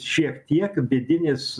šiek tiek vidinės